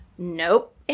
Nope